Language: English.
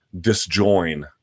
disjoin